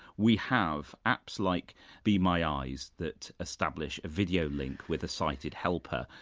we have apps like be my eyes that establish a video link with a sighted helper,